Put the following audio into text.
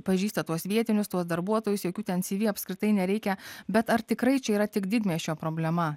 pažįsta tuos vietinius tuos darbuotojus jokių ten cv apskritai nereikia bet ar tikrai čia yra tik didmiesčio problema